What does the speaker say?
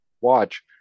watch